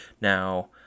Now